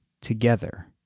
together